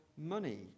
money